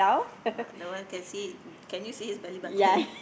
the one can can you see his belly button